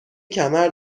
کمر